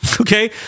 okay